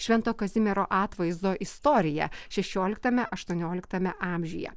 švento kazimiero atvaizdo istorija šešioliktame aštuonioliktame amžiuje